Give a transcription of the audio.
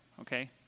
okay